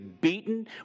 beaten